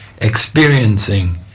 experiencing